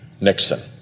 Nixon